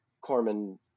corman